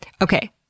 Okay